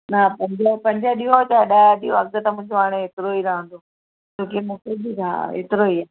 न पंजो पंज ॾियो के ॾह ॾियो अघु त मुंहिंजो हाणे एतिरो ई रहंदो छोकी मूंखे बि हा एतिरो ई आहे